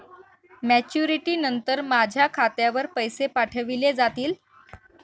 Maturity नंतर माझ्या खात्यावर पैसे पाठविले जातील?